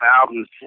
albums